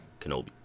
Kenobi